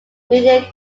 media